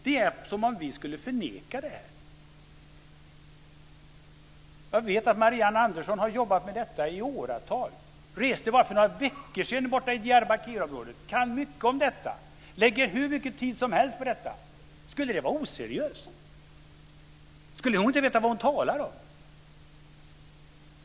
Det är som om vi skulle förneka detta! Jag vet att Marianne Andersson har jobbat med detta i åratal. Hon reste för bara några veckor sedan borta i Diyarbakirområdet. Hon kan mycket om detta, och hon lägger hur mycket tid som hels på det. Skulle det vara oseriöst? Skulle hon inte veta vad hon talar om?